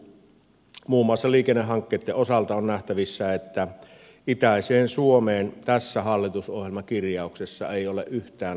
muun muassa liikennehankkeitten osalta on nähtävissä että itäiseen suomeen tässä hallitusohjelmakirjauksessa ei ole yhtään liikennehanketta